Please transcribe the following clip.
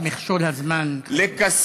יש מכשול זמן, כאן.